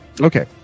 Okay